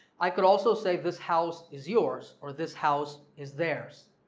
i could also say this house is yours or this house is theirs.